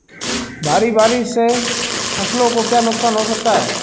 भारी बारिश से फसलों को क्या नुकसान हो सकता है?